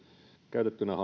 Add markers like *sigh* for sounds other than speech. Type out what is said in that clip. käytettynä *unintelligible*